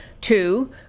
two